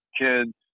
kids